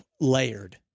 layered